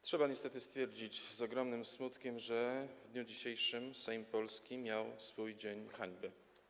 Trzeba niestety stwierdzić z ogromnym smutkiem, że w dniu dzisiejszym polski Sejm miał swój dzień hańby.